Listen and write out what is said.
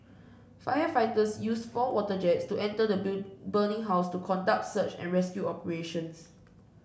firefighters used four water jets to enter the burning house to conduct search and rescue operations